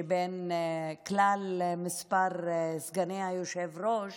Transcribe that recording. שבין כלל מספר סגני היושב-ראש